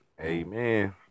Amen